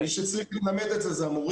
מי שצריך ללמד את זה, זה המורים.